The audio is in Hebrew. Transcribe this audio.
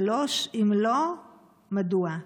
3. אם לא, מדוע?